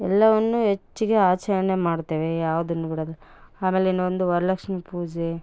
ಎಲ್ಲವನ್ನು ಹೆಚ್ಚಿಗೆ ಆಚರಣೆ ಮಾಡುತ್ತೇವೆ ಯಾವುದನ್ನು ಬಿಡೊಲ್ಲ ಆಮೇಲೆ ಇನ್ನು ಒಂದು ವರಲಕ್ಷ್ಮಿ ಪೂಜೆ